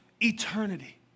eternity